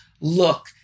look